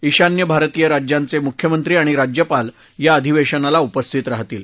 ईशान्य भारतीय राज्यांचे मुख्यमंत्री आणि राज्यपाल या अधिवेशनाला उपस्थित राहतील